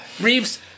Reeves